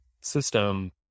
system